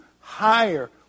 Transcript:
higher